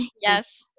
yes